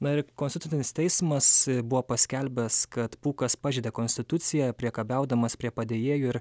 na ir konstitucinis teismas buvo paskelbęs kad pūkas pažeidė konstituciją priekabiaudamas prie padėjėjų ir